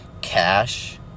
cash